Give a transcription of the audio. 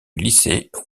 lycée